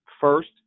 First